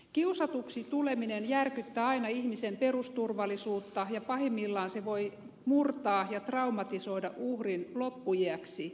kiusatuksi tuleminen järkyttää aina ihmisen perusturvallisuutta ja pahimmillaan se voi murtaa ja traumatisoida uhrin loppuiäksi